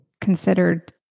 considered